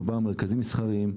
מדובר על מרכזים מסחריים,